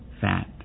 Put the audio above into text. fat